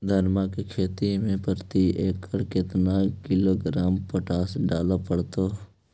धान की खेती में प्रति एकड़ केतना किलोग्राम पोटास डाले पड़तई?